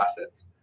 assets